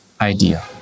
idea